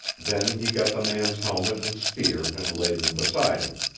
then he got the man's helmet and spear and laid them beside him.